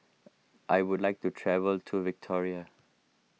I would like to travel to Victoria